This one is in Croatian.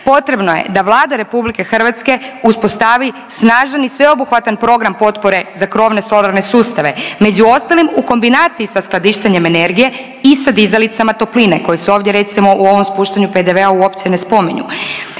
Potrebno je da Vlada RH uspostavi snažan i sveobuhvatan program potpore za krovne solarne sustave, među ostalim u kombinaciji sa skladištenjem energije i sa dizalicama topline koje se ovdje recimo u ovom spuštanju PDV-a uopće ne spominju.